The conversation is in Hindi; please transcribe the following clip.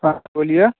हाँ बोलिए